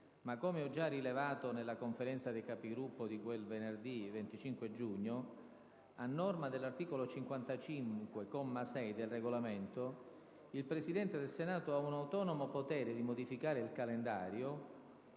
Ma come ho già rilevato nella Conferenza dei Capigruppo di quel venerdì 25 giugno, a norma dell'articolo 55, comma 6, del Regolamento, il Presidente del Senato ha un autonomo potere di modificare il calendario